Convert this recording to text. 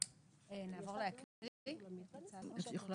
מישהו רוצה